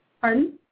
pardon